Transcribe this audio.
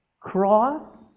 Cross